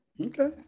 Okay